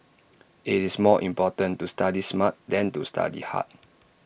IT is more important to study smart than to study hard